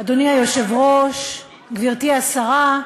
אדוני היושב-ראש, גברתי השרה,